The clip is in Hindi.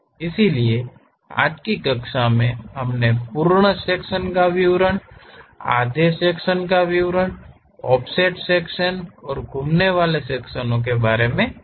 इसलिए आज की कक्षा में हमने पूर्ण सेक्शन का विवरण आधा सेक्शन ऑफसेट सेक्शन और घूमने वाले सेक्शन के बारे में सीखा है